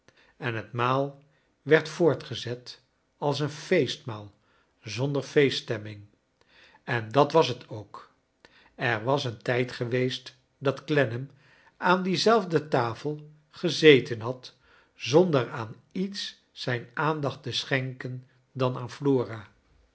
en het maai werd voortgezet als een fecstmaal zonder feeststemming en dat was het ook er was een tijd geweest dat clennam aan die zelfde tafel gezeten had zonder aan iets zijn aandacht te schenken dan aan flora